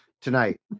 tonight